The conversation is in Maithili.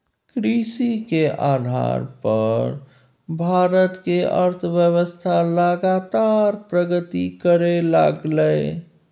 कृषि के आधार पर भारत के अर्थव्यवस्था लगातार प्रगति करइ लागलइ